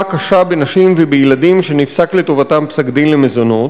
קשה בנשים ובילדים שנפסק לטובתם פסק-דין למזונות,